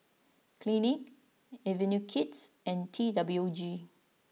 Clinique Avenue Kids and T W G